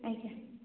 ଆଜ୍ଞା